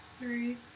Three